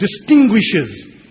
distinguishes